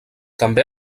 també